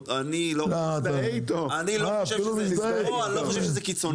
אני לא חושב שזה קיצוני.